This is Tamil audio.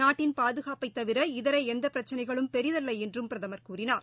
நாட்டின் பாதுகாப்பைதவிர இதரஎந்தபிரச்சனைகளும் பெரிதல்லஎன்றும் பிரதமர் கூறினார்